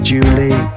Julie